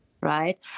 right